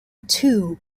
two